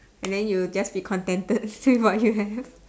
and then you'll just be contented with what you have